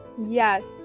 yes